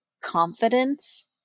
confidence